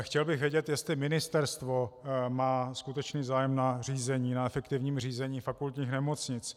Chtěl bych vědět, jestli ministerstvo má skutečný zájem na řízení, efektivním řízení fakultních nemocnic.